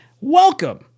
Welcome